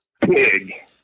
Pig